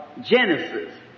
genesis